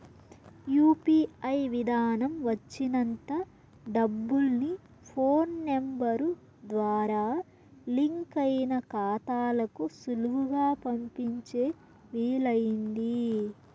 UPI విదానం వచ్చినంత డబ్బుల్ని ఫోన్ నెంబరు ద్వారా లింకయిన కాతాలకు సులువుగా పంపించే వీలయింది